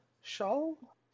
Shawl